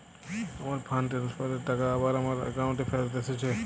আমার fund transfer এর টাকা আবার আমার একাউন্টে ফেরত এসেছে